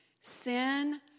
Sin